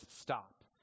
stop